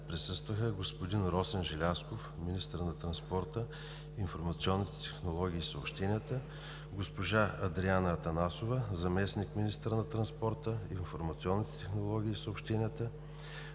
присъстваха: господин Росен Желязков – министър на транспорта, информационните технологии и съобщенията, госпожа Андреана Атанасова – заместник-министър на транспорта, информационните технологии и съобщенията,